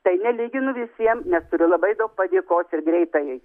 tai nelyginu visiem nes turiu labai daug padėkos ir greitajai